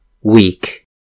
weak